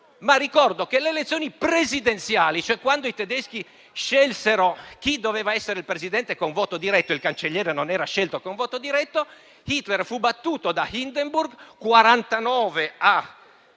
Ricordo che alle elezioni presidenziali, quando i tedeschi scelsero chi doveva essere il Presidente con voto diretto (e il cancelliere non era scelto con voto diretto), Hitler fu battuto da Hindenburg 49 a